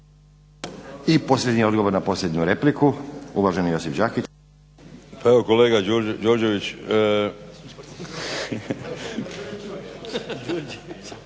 I posljednji odgovor na posljednju repliku. Uvaženi Josip Đakić. **Đakić,